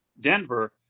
Denver